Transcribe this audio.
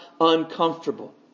uncomfortable